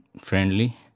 friendly